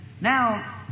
Now